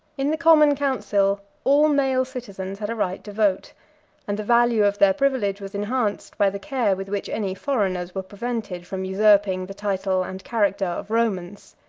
in the common council all male citizens had a right to vote and the value of their privilege was enhanced by the care with which any foreigners were prevented from usurping the title and character of romans.